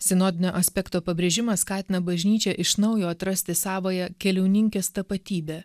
sinodinio aspekto pabrėžimas skatina bažnyčią iš naujo atrasti savąją keliauninkės tapatybę